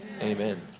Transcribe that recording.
Amen